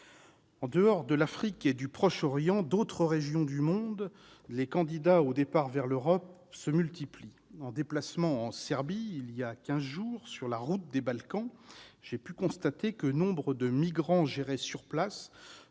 En dehors de l'Afrique et du Proche-Orient, dans d'autres régions du monde, les candidats au départ vers l'Europe se multiplient. En déplacement en Serbie, il y a quinze jours, sur la « route des Balkans », j'ai pu constater que nombre de migrants gérés sur place